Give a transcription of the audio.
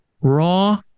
raw